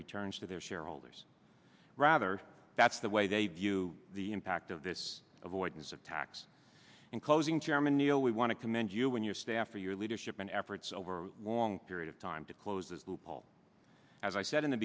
returns to their shareholders rather that's the way they view the impact of this avoidance of tax and closing chairman neil we want to commend you and your staff for your leadership and efforts over a long period of time to close this loophole as i said in the